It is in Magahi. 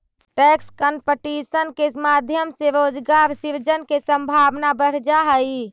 टैक्स कंपटीशन के माध्यम से रोजगार सृजन के संभावना बढ़ जा हई